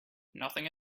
nothing